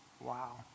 Wow